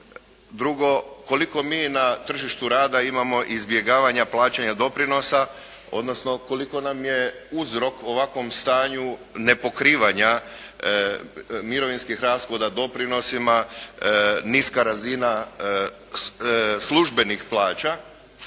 drugo, koliko mi na tržištu rada imamo izbjegavanja plaćanja doprinosa odnosno koliko nam je uzrok ovakvom stanju nepokrivanja mirovinskih rashoda doprinosima, niska razina službenih plaća